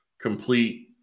complete